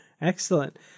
Excellent